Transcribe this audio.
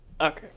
Okay